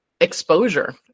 exposure